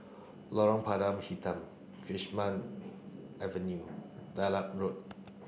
Lorong Pada Hitam Avenue Dedap Road